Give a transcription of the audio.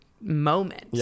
moment